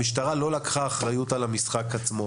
המשטרה לא לקחה אחריות על המשחק עצמו.